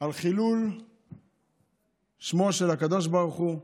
על חילול שמו של הקדוש ברוך הוא,